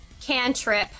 cantrip